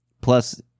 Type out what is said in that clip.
plus